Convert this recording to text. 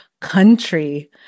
country